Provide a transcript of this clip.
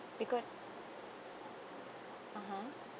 because (uh huh)